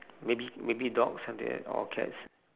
maybe maybe dogs something like that or cats